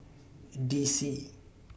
D C